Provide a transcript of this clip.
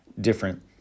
Different